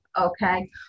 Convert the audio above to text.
okay